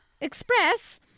Express